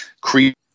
create –